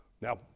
Now